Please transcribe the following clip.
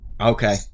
Okay